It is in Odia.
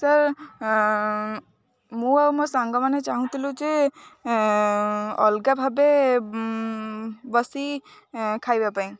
ସାର୍ ମୁଁ ଆଉ ମୋ ସାଙ୍ଗମାନେ ଚାହୁଁଥିଲୁ ଯେ ଅଲଗା ଭାବେ ବସି ଖାଇବା ପାଇଁ